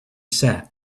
sat